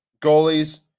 Goalies